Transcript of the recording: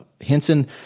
Henson